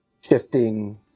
shifting